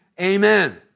Amen